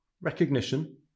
Recognition